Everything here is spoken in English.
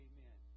Amen